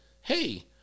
hey